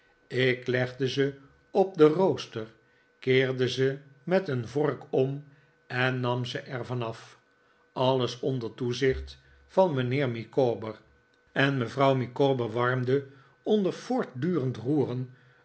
ik legde ze op den rooster keerde ze met een vork om en nam ze er van af alles onder toezicht van mijnheer micawber en mevrouw micawber warmde onder voortdurend roeren